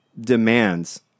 demands